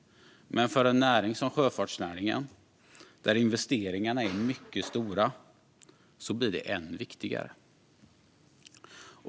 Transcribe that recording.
Men för en näring som sjöfartsnäringen, där investeringarna är mycket stora, blir det än viktigare.